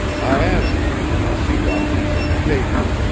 i asked him, when i see that piece in the paper.